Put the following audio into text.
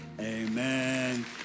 amen